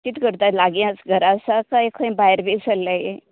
कित करता लागीं आसा घरा आसा कांय खंय भायर बीन सल्ल्याय